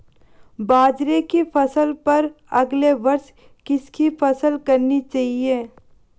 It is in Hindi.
बाजरे की फसल पर अगले वर्ष किसकी फसल करनी चाहिए?